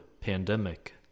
pandemic